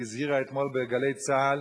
שהזהירה אתמול ב"גלי צה"ל"